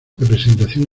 representación